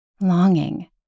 longing